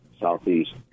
southeast